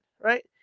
Right